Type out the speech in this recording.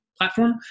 platform